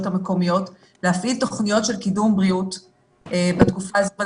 המקומיות להפעיל תוכניות של קידום בריאות בתקופה הזאת.